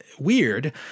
weird